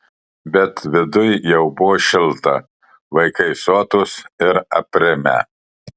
bet viduj jau buvo šilta vaikai sotūs ir aprimę